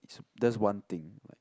is that's one thing like